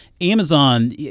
Amazon